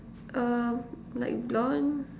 err like blond